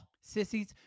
sissies